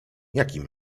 jakim